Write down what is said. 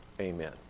amen